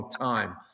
time